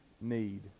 need